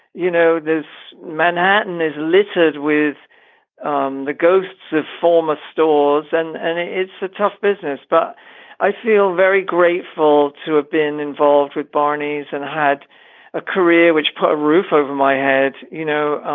you know, there's manhattan is littered with um the ghosts of former stores. and and it's a tough business. but i feel very grateful to have been involved with barneys and had a career which put a roof over my head, you know,